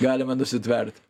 galima nusitverti